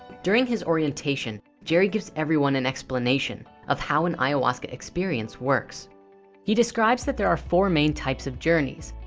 during his orientation. jerry gives everyone an explanation of how an ayahuasca experience works he describes that there are four main types of journeys.